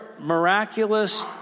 miraculous